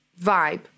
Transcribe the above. vibe